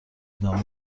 ادامه